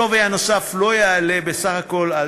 השווי הנוסף לא יעלה בסך הכול על